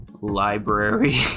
Library